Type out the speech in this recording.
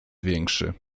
większy